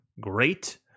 great